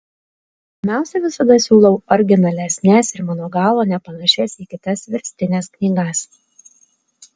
pirmiausia visada siūlau originalesnes ir mano galva nepanašias į kitas verstines knygas